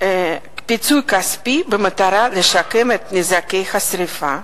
כפיצוי כספי, במטרה לשקם את נזקי השרפה.